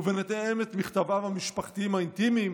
וביניהם את מכתביו המשפחתיים האינטימיים,